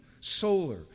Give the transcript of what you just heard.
solar